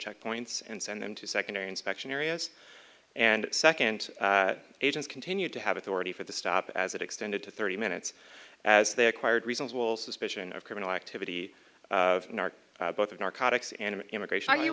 checkpoints and send them to secondary inspection areas and second agents continued to have authority for the stop as it extended to thirty minutes as they acquired reasonable suspicion of criminal activity both of narcotics and immigration